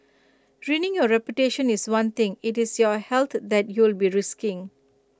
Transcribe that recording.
ruining your reputation is one thing IT is your health that you'll be risking